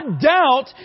doubt